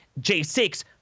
J6